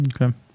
Okay